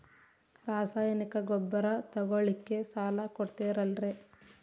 ರಾಸಾಯನಿಕ ಗೊಬ್ಬರ ತಗೊಳ್ಳಿಕ್ಕೆ ಸಾಲ ಕೊಡ್ತೇರಲ್ರೇ?